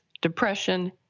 depression